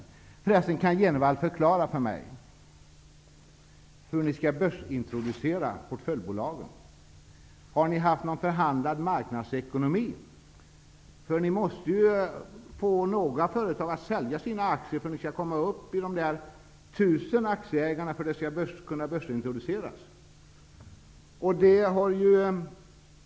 Kan Jenevall förresten förklara för mig hur ni skall börsintroducera portföljbolagen? Har ni en förhandlad marknadsekonomisk lösning? Ni måste ju få några företag att sälja sina aktier för att komma upp till de 1 000 aktieägare som krävs för en börsintroducering.